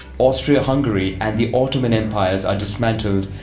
austria-hungary and the ottoman empires are dismantled,